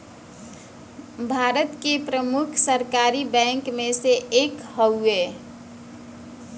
भारत के प्रमुख सरकारी बैंक मे से एक हउवे